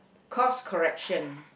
cause correction